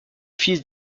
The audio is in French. fils